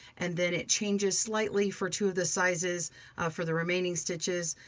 and then it changes slightly for two of the sizes for the remaining stitches.